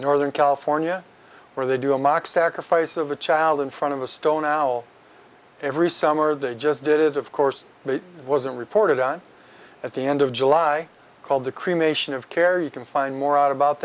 northern california where they do a mock sacrifice of a child in front of a stone owl every summer they just did it of course but wasn't reported on at the end of july called the cremation of care you can find more out about